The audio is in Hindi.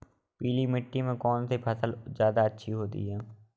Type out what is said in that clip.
पीली मिट्टी में कौन सी फसल ज्यादा अच्छी होती है?